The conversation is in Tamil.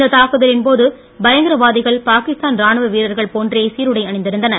இந்த தாக்குதலின் போது பயங்ரகரவாதிகள் பாகிஸ்தான் ராணுவ வீர்ர்களை போன்றே சீருடை அணிந்திருந்தனர்